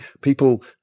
People